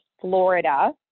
Florida